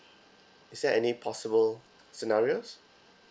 is there any possible scenarios